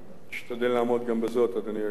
נשתדל לעמוד גם בזאת, אדוני היושב-ראש.